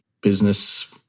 business